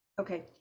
Okay